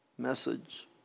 message